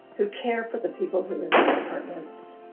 who care for the people who live in the apartments,